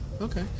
okay